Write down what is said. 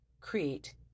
create